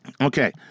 Okay